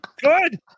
Good